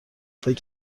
فکر